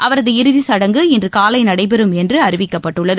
அவரது இறுதிச்சடங்கு நிகழ்ச்சி இன்று காலை நடைபெறும் என்று அறிவிக்கப்பட்டுள்ளது